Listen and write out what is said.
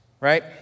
Right